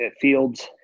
fields